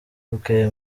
bukeye